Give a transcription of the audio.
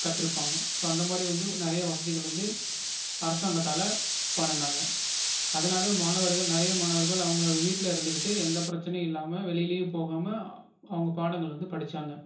கற்றுப்பாங்க ஸோ அந்தமாதிரி வந்து நிறைய வசதிகள் வந்து அரசாங்கத்தால் பண்ணுனாங்க அதனால் மாணவர்கள் நிறைய மாணவர்கள் அவங்களோட வீட்டில் இருந்துகிட்டு எந்த பிரச்சனையும் இல்லாமல் வெளிலையும் போகாமல் அவங்க பாடங்கள் வந்து படிச்சாங்க